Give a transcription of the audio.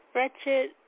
Wretched